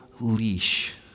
leash